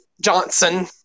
Johnson